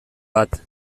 bat